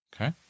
Okay